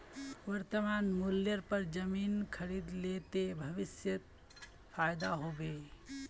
वर्तमान मूल्येर पर जमीन खरीद ले ते भविष्यत फायदा हो बे